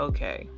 Okay